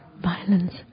violence